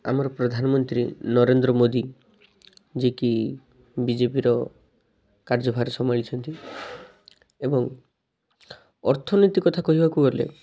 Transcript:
ଆମର ପ୍ରଧାନମନ୍ତ୍ରୀ ନରେନ୍ଦ୍ର ମୋଦି ଯେ କି ବିଜେପିର କାର୍ଯ୍ୟଭାର ସମ୍ଭାଳିଛନ୍ତି ଏବଂ ଅର୍ଥନୀତି କଥା କହିବାକୁ ଗଲେ